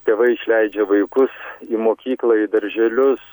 tėvai išleidžia vaikus į mokyklą į darželius